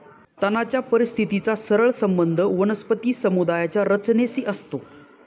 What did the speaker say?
तणाच्या परिस्थितीचा सरळ संबंध वनस्पती समुदायाच्या रचनेशी असतो